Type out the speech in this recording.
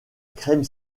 crème